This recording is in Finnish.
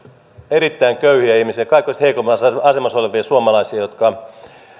erittäin köyhiä ihmisiä kaikista heikoimmassa asemassa olevia suomalaisia jotka